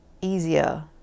easier